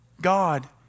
God